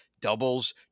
Doubles